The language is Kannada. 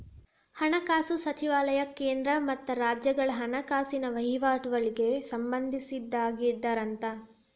ಹಣಕಾಸು ಸಚಿವಾಲಯ ಕೇಂದ್ರ ಮತ್ತ ರಾಜ್ಯಗಳ ಹಣಕಾಸಿನ ವಹಿವಾಟಗಳಿಗೆ ಸಂಬಂಧಿಸಿದ್ದಾಗಿರತ್ತ